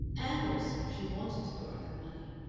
and, also, she wanted to borrow that money.